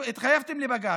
התחייבתם לבג"ץ,